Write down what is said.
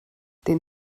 den